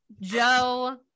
Joe